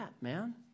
man